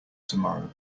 tomorrow